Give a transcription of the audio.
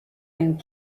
and